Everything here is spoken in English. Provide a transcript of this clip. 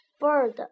bird